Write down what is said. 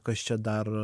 kas čia dar